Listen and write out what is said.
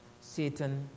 Satan